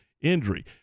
injury